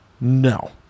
no